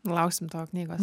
lauksim tavo knygos